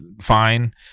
fine